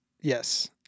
Yes